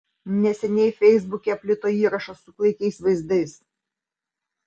neseniai feisbuke plito įrašas su klaikiais vaizdais